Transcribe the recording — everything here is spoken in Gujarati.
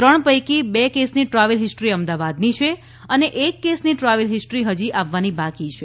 ત્રણ પૈકી બે કેસની ટ્રાવેલ હિસ્ટ્રી અમદાવાદની છે અને એક કેસની ટ્રાવેલ હિસ્ટ્રી હજી આવવાની બાકી છે